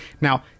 Now